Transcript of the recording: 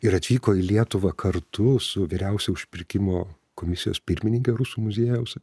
ir atvyko į lietuvą kartu su vyriausia užpirkimo komisijos pirmininke rusų muziejaus